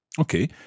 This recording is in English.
Okay